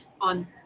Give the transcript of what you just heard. on